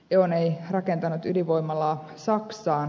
on ei rakentanut ydinvoimalaa saksaan